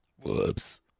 Whoops